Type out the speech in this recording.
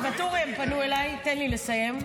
ואטורי, הם פנו אלי, תן לי לסיים.